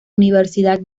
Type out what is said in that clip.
universidad